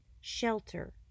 shelter